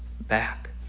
back